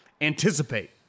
anticipate